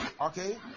Okay